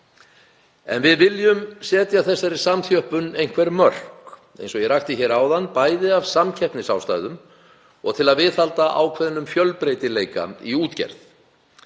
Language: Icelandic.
En við viljum setja þessari samþjöppun einhver mörk, eins og ég rakti hér áðan, bæði af samkeppnisástæðum og til að viðhalda ákveðnum fjölbreytileika í útgerð.